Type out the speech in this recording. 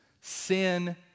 Sin